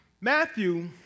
Matthew